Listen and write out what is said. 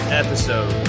episode